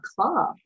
club